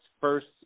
first